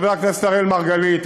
חבר הכנסת אראל מרגלית,